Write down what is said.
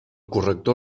corrector